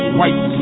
white